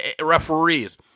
referees